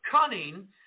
cunning